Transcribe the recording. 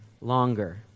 longer